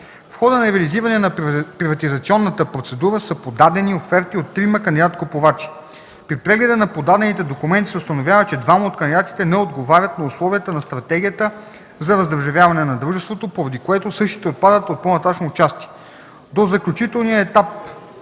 В хода на реализиране на приватизационната процедура са подадени оферти от трима кандидат-купувачи. При прегледа на подадените документи се установява, че двама от кандидатите не отговарят на условията на стратегията за раздържавяване на дружеството, поради което същите отпадат от по-нататъшно участие. До заключителния етап